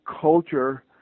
culture